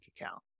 account